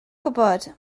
gwybod